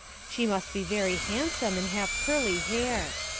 she must be very handsome and have curly hair.